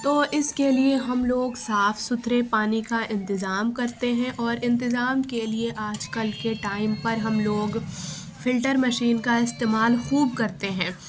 تو اس کے لیے ہم لوگ صاف ستھرے پانی کا انتظام کرتے ہیں اور انتظام کے لیے آج کل کے ٹائم پر ہم لوگ فلٹر مشین کا استعمال خوب کرتے ہیں